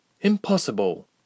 Impossible